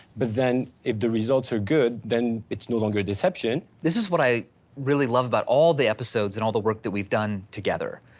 but then if the results are good, then it's no longer deception. this is what i really love about all the episodes and all the work that we've done together.